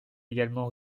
également